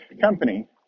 company